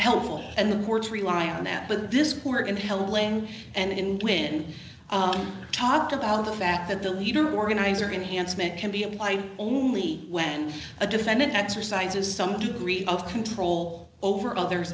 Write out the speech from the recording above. helpful and the courts rely on that but this poor and helping and when i talked about the fact that the leader organizer enhancement can be applied only when a defendant exercises some degree of control over others